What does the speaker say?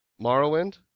Morrowind